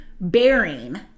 bearing